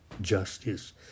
justice